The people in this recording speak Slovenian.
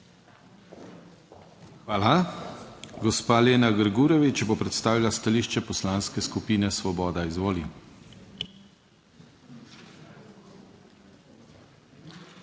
Hvala. Gospa Lena Grgurevič bo predstavila stališče Poslanske skupine Svoboda, izvoli.